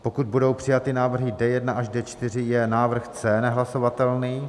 pokud budou přijaty návrhy D1 až D4, je návrh C nehlasovatelný